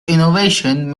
innovation